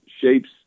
shapes